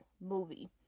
movie